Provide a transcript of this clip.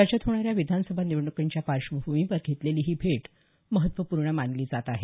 राज्यात होणाऱ्या विधानसभा निवडण्कांच्या पार्श्वभूमीवर घेतलेली ही भेट महत्वपूर्ण मानली जात आहे